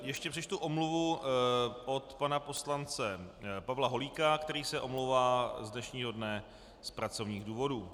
Ještě přečtu omluvu od pana poslance Pavla Holíka, který se omlouvá z dnešního dne z pracovních důvodů.